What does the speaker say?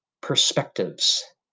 perspectives